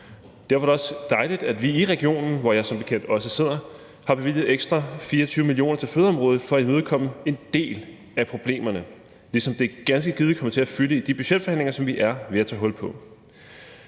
Derfor er det også dejligt, at vi i regionen, hvor jeg som bekendt også sidder, har bevilget ekstra 24 mio. kr. til fødeområdet for at imødekomme en del af problemerne, ligesom det ganske givet kommer til at fylde i de budgetforhandlinger, som vi er ved at tage hul på.